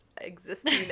existing